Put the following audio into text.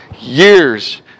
years